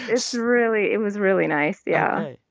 it's really it was really nice, yeah